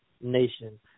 Nation